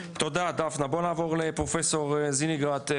תודה דפנה, בוא נעבור לפרופסור זיניגרט.